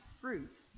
fruit